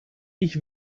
ich